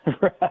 Right